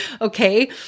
Okay